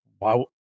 wow